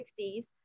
1960s